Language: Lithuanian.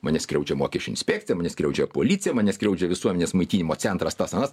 mane skriaudžia mokesčių inspekcija mane skriaudžia policija mane skriaudžia visuomenės maitinimo centras tas anas